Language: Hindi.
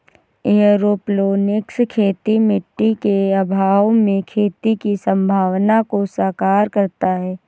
एयरोपोनिक्स खेती मिट्टी के अभाव में खेती की संभावना को साकार करता है